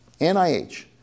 NIH